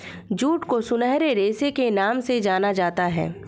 jute को सुनहरे रेशे के नाम से जाना जाता है